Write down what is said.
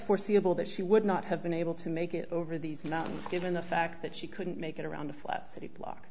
foreseeable that she would not have been able to make it over these mountains given the fact that she couldn't make it around the